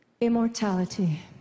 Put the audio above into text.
Immortality